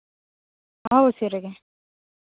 ᱟᱢᱵᱟᱵᱟᱹᱥᱭᱟᱹ ᱨᱮᱜᱮ